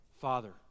Father